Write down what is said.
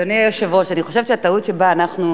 אדוני היושב-ראש, אני חושבת שהטעות שבה אנחנו